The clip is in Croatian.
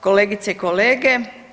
Kolegice i kolege.